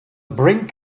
brink